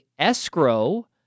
escrow